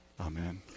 Amen